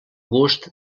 gust